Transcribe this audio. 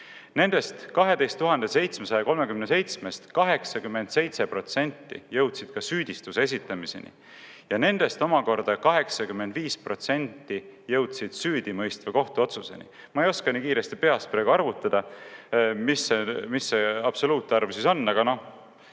Nendest 12 737-st 87% jõudsid ka süüdistuse esitamiseni ja nendest omakorda 85% jõudsid süüdimõistva kohtuotsuseni. Ma ei oska nii kiiresti peast arvutada, mis see absoluutarv on, aga ma